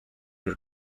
were